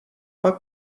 pak